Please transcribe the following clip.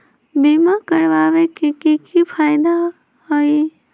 बीमा करबाबे के कि कि फायदा हई?